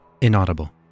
inaudible